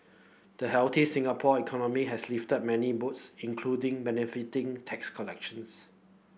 the healthy Singapore economy has lifted many boats including benefiting tax collections